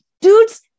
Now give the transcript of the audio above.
dudes